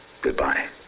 goodbye